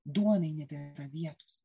duonai nebėra vietos